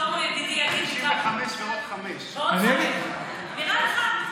שלמה יגיד לי, 55 ועוד 5. נראה לך?